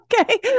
okay